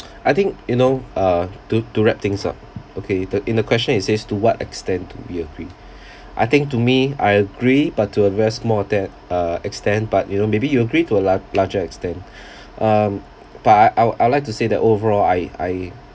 I think you know uh to to wrap things up okay the in the question it says to what extent do we agree I think to me I agree but to a less more that uh extent but you know maybe you agree to a lar~ larger extent um but I I'd I'd like to say that overall I I